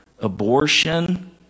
Abortion